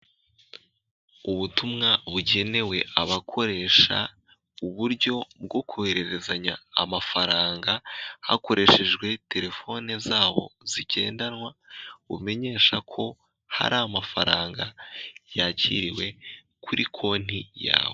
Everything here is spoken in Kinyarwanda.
Ubutumwa bugenewe abakoresha uburyo bwo kohererezanya amafaranga hakoreshejwe telefoni zabo zigendanwa umenyesha ko hari amafaranga yakiriwe kuri konti yawe.